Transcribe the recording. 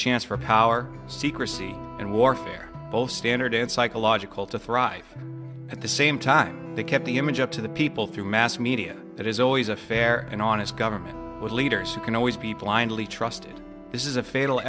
chance for power secrecy and warfare both standard and psychological to thrive at the same time they kept the image up to the people through mass media that is always a fair and honest government with leaders who can always be blindly trust this is a fatal